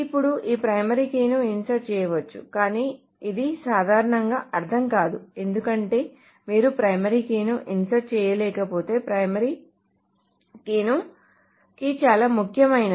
ఇప్పుడు ఈ ప్రైమరీ కీని ఇన్సర్ట్ చేయవచ్చు కానీ ఇది సాధారణంగా అర్ధం కాదు ఎందుకంటే మీరు ప్రైమరీ కీని ఇన్సర్ట్ చేయలేకపోతే ప్రైమరీ కీ చాలా ముఖ్యమైనది